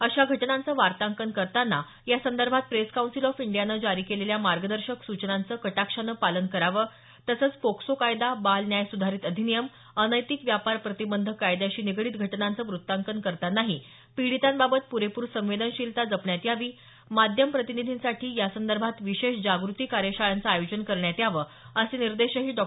अशा घटनांचं वार्तांकन करताना यासंदर्भात प्रेस कौन्सिल ऑफ इंडियानं जारी केलेल्या मार्गदर्शक सूचनांचं कटाक्षानं पालन करावं तसंच पोक्सो कायदा बाल न्याय सुधारित अधिनियम अनैतिक व्यापार प्रतिबंधक कायद्याशी निगडित घटनांचं वृत्तांकन करतानाही पीडीताबाबत पुरेपूर संवेदनशीलता जपण्यात यावी माध्यम प्रतिनिधींसाठी यासंदर्भात विशेष जागृती कार्यशाळांचं आयोजन करण्यात यावं असे निर्देशही डॉ